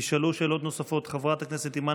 ישאלו שאלות נוספות חברת הכנסת אימאן